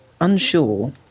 unsure